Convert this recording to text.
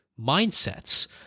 mindsets